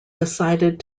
decided